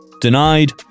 denied